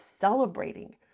celebrating